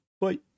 Bye